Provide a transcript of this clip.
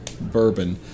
bourbon